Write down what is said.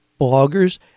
bloggers